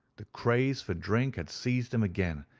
the craze for drink had seized him again,